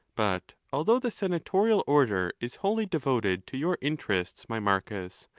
but although the senatorial order is wholly de voted to your interests, my marcus,